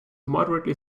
moderately